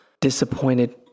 disappointed